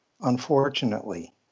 unfortunately